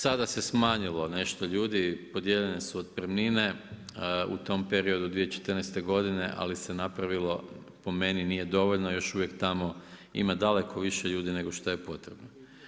Sada se smanjilo nešto ljudi, podijeljene su otpremnine u tom periodu 2014. godine ali se napravilo po meni nije dovoljno, još uvijek tamo ima daleko više ljudi nego što je potrebno.